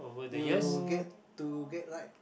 you get to get like